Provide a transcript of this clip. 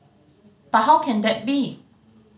but how can that be